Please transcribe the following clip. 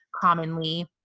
commonly